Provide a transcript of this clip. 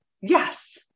yes